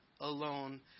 alone